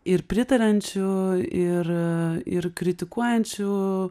ir pritariančių ir ir kritikuojančių